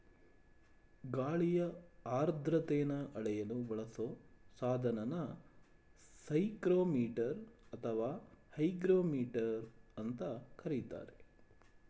ಗಾಳಿಯ ಆರ್ದ್ರತೆನ ಅಳೆಯಲು ಬಳಸೊ ಸಾಧನನ ಸೈಕ್ರೋಮೀಟರ್ ಅಥವಾ ಹೈಗ್ರೋಮೀಟರ್ ಅಂತ ಕರೀತಾರೆ